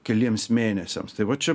keliems mėnesiams tai va čia